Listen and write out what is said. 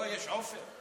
לא, עופר.